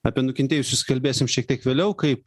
apie nukentėjusius kalbėsim šiek tiek vėliau kaip